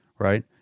Right